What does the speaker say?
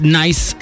nice